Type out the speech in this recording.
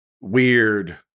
weird